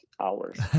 hours